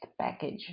package